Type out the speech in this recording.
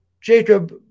Jacob